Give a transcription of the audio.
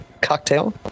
cocktail